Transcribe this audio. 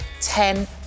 Ten